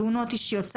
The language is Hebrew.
תאונות אישיות,